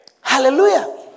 Hallelujah